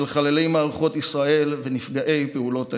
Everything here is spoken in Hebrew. חללי מערכות ישראל ונפגעי פעולות האיבה.